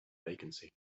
vacancy